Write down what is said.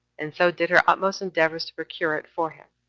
and so did her utmost endeavors to procure it for him